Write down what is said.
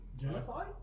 Genocide